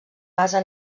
base